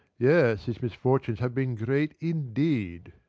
yes, his misfortunes have been great indeed!